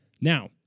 Now